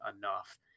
enough